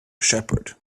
shepherd